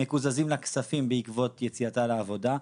מקוזזים לה כספים בעקבות יציאתה לעבודה,